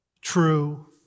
true